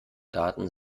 daten